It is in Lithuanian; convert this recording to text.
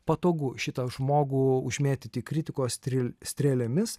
patogu šitą žmogų užmėtyti kritikos strėl strėlėmis